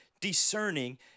discerning